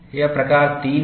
यह प्रकार 3 है